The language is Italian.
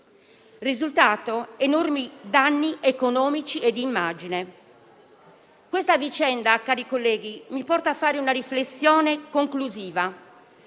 risultato? Enormi danni economici e di immagine. Questa vicenda, cari colleghi, mi porta a fare una riflessione conclusiva: